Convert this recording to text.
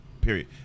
period